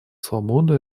свободу